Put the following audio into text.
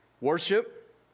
Worship